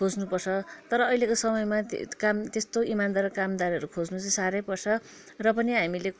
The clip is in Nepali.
खोज्नुपर्छ तर अहिलेको समयमा त्यस्तो इमान्दार कामदारहरू खोज्नु चाहिँ साह्रै पर्छ र पनि हामीले